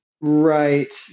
Right